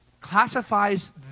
classifies